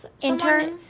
intern